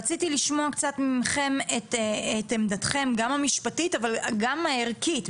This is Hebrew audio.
רציתי לשמוע את עמדתכם גם המשפטית אבל גם הערכית,